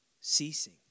ceasing